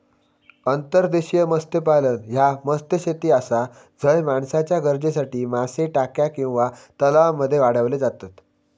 अंतर्देशीय मत्स्यपालन ह्या मत्स्यशेती आसा झय माणसाच्या गरजेसाठी मासे टाक्या किंवा तलावांमध्ये वाढवले जातत